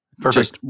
Perfect